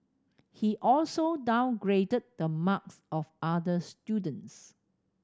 he also downgraded the marks of other students